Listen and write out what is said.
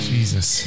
Jesus